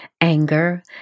Anger